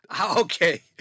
okay